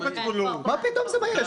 מה פתאום "זה מה שיש".